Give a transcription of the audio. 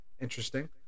Interesting